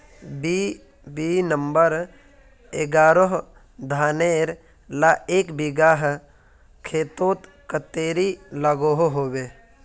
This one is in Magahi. बी.बी नंबर एगारोह धानेर ला एक बिगहा खेतोत कतेरी लागोहो होबे?